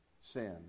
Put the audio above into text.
sin